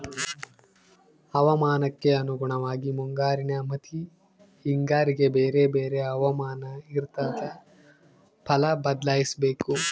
ಹವಾಮಾನಕ್ಕೆ ಅನುಗುಣವಾಗಿ ಮುಂಗಾರಿನ ಮತ್ತಿ ಹಿಂಗಾರಿಗೆ ಬೇರೆ ಬೇರೆ ಹವಾಮಾನ ಇರ್ತಾದ ಫಲ ಬದ್ಲಿಸಬೇಕು